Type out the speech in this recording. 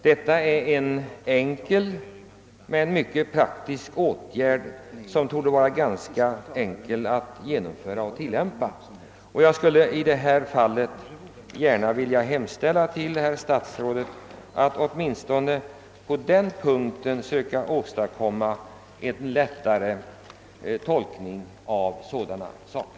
Detta är en enkel men mycket praktisk åtgärd som borde vara ganska lätt att införa och tillämpa. Jag skulle vilja hemställa till herr statsrådet att åtminstone på den punkten söka åstadkomma formuleringar som underlättar tolkningen av bestämmelserna.